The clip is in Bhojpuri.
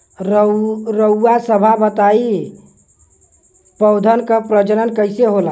रउआ सभ बताई पौधन क प्रजनन कईसे होला?